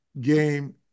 game